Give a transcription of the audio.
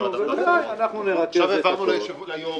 אנחנו נרכז את הכול.